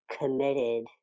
committed